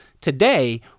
today